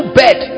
bed